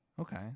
Okay